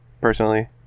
personally